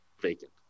vacant